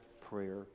prayer